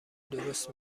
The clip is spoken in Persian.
درست